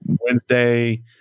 Wednesday